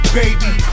baby